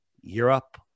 Europe